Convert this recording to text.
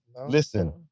Listen